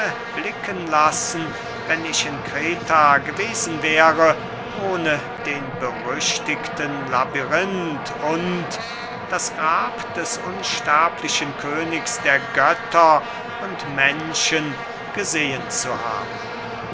blicken lassen wenn ich in kreta gewesen wäre ohne den berüchtigten labyrinth und das grab des unsterblichen königs der götter und menschen gesehen zu haben